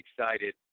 excited